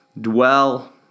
Dwell